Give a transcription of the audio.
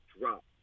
drop